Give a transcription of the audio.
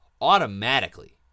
automatically